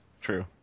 True